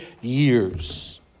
years